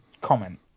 comment